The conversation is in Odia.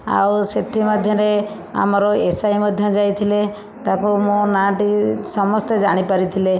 ଆଉ ସେଥି ମଧ୍ୟରେ ଆମର ଏସ ଆଇ ମଧ୍ୟ ଯାଇଥିଲେ ତାଙ୍କୁ ମୋ ନାଁ ଟି ସମସ୍ତେ ଜାଣି ପାରିଥିଲେ